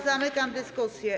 Zamykam dyskusję.